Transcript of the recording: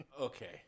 Okay